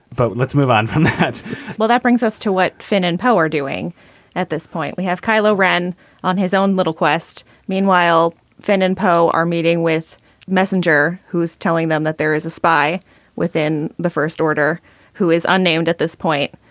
but let's move on from that well, that brings us to what finn and power are doing at this point. we have kylo ren on his own little quest meanwhile, finn and po are meeting with messenger, who is telling them that there is a spy within the first order who is unnamed at this point.